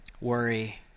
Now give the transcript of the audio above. Worry